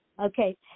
Okay